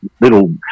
little